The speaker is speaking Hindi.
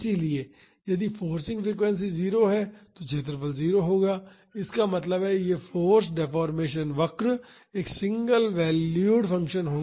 इसलिए यदि फोर्सिंग फ्रीक्वेंसी 0 है तो क्षेत्रफल 0 होगा इसका मतलब है यह फाॅर्स डेफोर्मेशन वक्र एक सिंगल वैल्यूड फंक्शन होगा